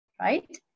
right